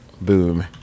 Boom